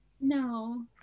No